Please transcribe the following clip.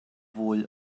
fwy